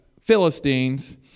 Philistines